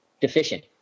deficient